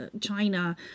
China